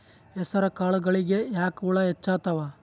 ಹೆಸರ ಕಾಳುಗಳಿಗಿ ಯಾಕ ಹುಳ ಹೆಚ್ಚಾತವ?